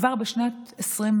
כבר בשנת 2023,